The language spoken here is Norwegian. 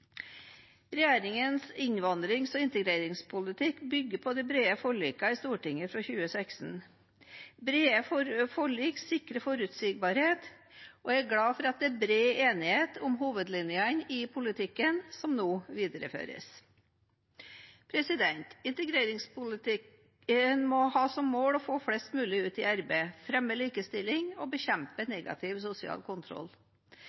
Regjeringens innvandrings- og integreringspolitikk bygger på det brede forliket i Stortinget fra 2016. Brede forlik sikrer forutsigbarhet, og jeg er glad for at det er bred enighet om hovedlinjene i politikken som nå videreføres. Integreringspolitikken må ha som mål å få flest mulig ut i arbeid, fremme likestilling og bekjempe negativ sosial kontroll.